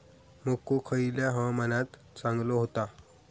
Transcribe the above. मको खयल्या हवामानात चांगलो होता?